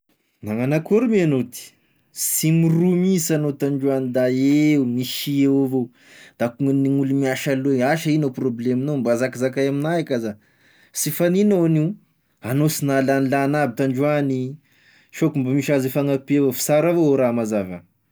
Magnano akory moa anao ty, sy miroho mihinsy anao tandroagny da io misy eo avao, da ko gne gn'olo miasa loha asa ino problemognao, da zakizakay aminah eka za, sy fagnignao agn'io, anao sy nahalagny hagny aby tandroany, sao koa mba hisy hifagnampia avao f'sara avao raha mazava.